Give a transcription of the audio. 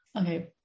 Okay